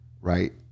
right